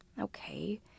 Okay